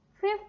Fifth